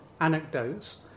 anecdotes